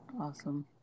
Awesome